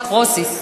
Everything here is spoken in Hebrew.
קרוסיס.